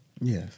Yes